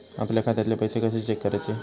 आपल्या खात्यातले पैसे कशे चेक करुचे?